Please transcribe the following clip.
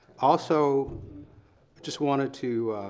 also but just wanted to